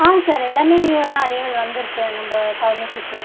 ஆ sir எல்லாமே நியூவாக தான் அரைவல் வந்துருக்குது நம்ப ஃபார்மசிக்கு